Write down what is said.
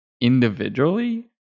individually